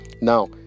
Now